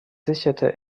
sicherte